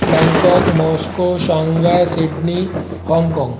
Bangkok Moscow Shanghai Sydney Hong Kong